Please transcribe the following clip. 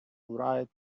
write